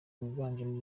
rwiganjemo